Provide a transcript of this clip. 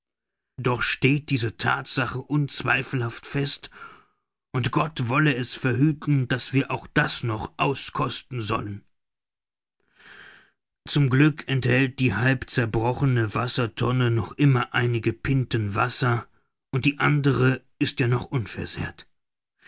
doch steht diese thatsache unzweifelhaft fest und gott wolle es verhüten daß wir auch das noch auskosten sollen zum glück enthält die halb zerbrochene wassertonne noch immer einige pinten wasser und die andere ist ja noch unversehrt